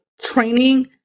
training